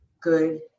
good